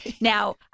Now